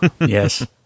Yes